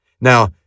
Now